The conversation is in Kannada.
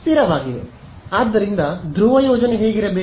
ಆದ್ದರಿಂದ ಧ್ರುವ ಯೋಜನೆ ಹೇಗಿರಬೇಕು